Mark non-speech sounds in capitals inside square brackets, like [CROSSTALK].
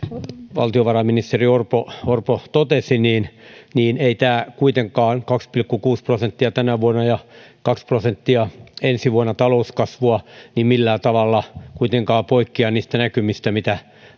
valtiovarainministeri orpo [UNINTELLIGIBLE] orpo totesi [UNINTELLIGIBLE] [UNINTELLIGIBLE] [UNINTELLIGIBLE] ei tämä kaksi pilkku kuusi prosenttia tänä vuonna ja [UNINTELLIGIBLE] kaksi prosenttia [UNINTELLIGIBLE] ensi vuonna talouskasvua [UNINTELLIGIBLE] millään tavalla kuitenkaan poikkea niistä näkymistä mitä